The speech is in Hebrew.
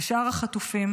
ושאר החטופים,